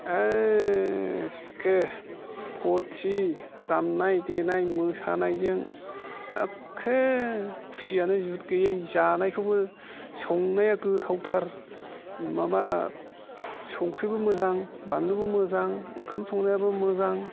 एक्खे फुर्थि दामनाय देनाय मोसानायजों एक्खे खुसियानो जुद गैयै जानायखौबो संनाया गोथावथार माबा संख्रिबो मोजां बानलुबो मोजां ओंखाम संनायाबो मोजां